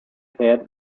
head